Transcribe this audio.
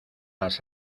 las